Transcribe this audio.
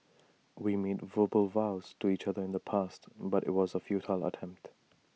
we made verbal vows to each other in the past but IT was A futile attempt